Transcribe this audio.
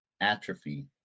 atrophy